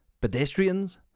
pedestrians